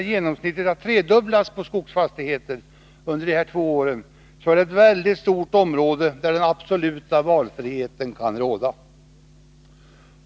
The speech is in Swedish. Eftersom taxeringsvärdena på skogsfastigheter genomsnittligt tredubblades under dessa två år, kan den absoluta valfriheten råda inom ett mycket stort område.